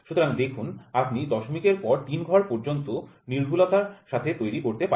সুতরাং দেখুন আপনি দশমিকের পর তিন ঘর পর্যন্ত নির্ভুলতার সাথে তৈরি করতে পারেন